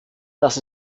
das